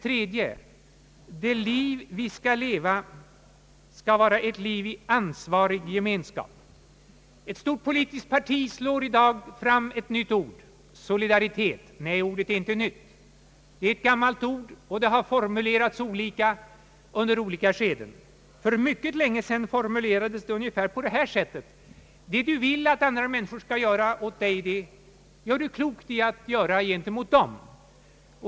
3) Det liv vi skall leva skall vara ett liv i ansvarig gemenskap. Ett stort politiskt parti slår i dag fram ett nytt ord — solidaritet. Nej, ordet är inte nytt. Det är ett gammalt ord, och dess innebörd har formulerats olika i olika skeden. För mycket länge sedan formulerades den ungefär på detta sätt: Det du vill att andra människor skall göra mot dig, det gör du klokt i att göra gentemot dem.